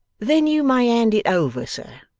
then you may hand it over, sir.